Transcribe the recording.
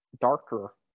darker